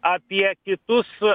apie kitus